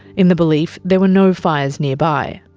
in the belief there were no fires nearby.